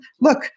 Look